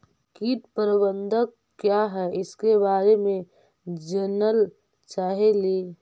कीट प्रबनदक क्या है ईसके बारे मे जनल चाहेली?